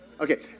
Okay